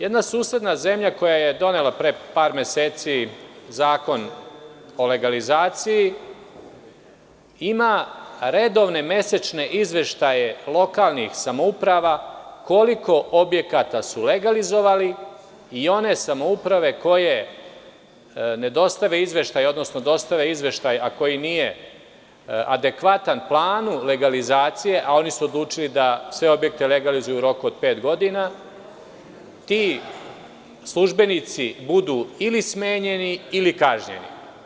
Jedna susedna zemlja, koja je donela pre par meseci Zakon o legalizaciji, ima redovne mesečne izveštaje lokalnih samouprava koliko objekata su legalizovali i one samouprave koje ne dostave izveštaj, odnosno dostave izveštaj, a koji nije adekvatan planu legalizacije, a oni su odlučili da sve objekte legalizuju u roku od pet godina, ti službenici budu ili smenjeni ili kažnjeni.